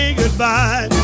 goodbye